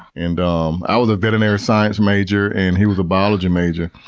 and um i was a veterinary science major and he was a biology major.